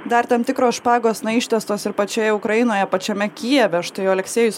dar tam tikros špagos na ištiestos ir pačioje ukrainoje pačiame kijeve štai oleksejus